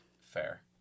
Fair